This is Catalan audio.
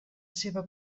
seva